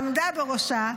עמדה בראשה,